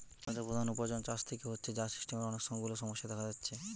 ভারতের প্রধান উপার্জন চাষ থিকে হচ্ছে, যার সিস্টেমের অনেক গুলা সমস্যা দেখা দিচ্ছে